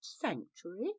sanctuary